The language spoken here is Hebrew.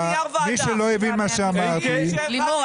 לימור,